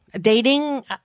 Dating